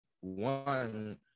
one